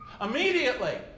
Immediately